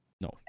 no